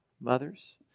mothers